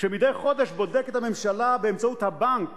כשמדי חודש הממשלה בודקת באמצעות הבנק